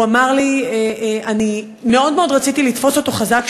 הוא אמר לי: אני מאוד מאוד רציתי לתפוס אותו חזק,